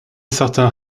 certain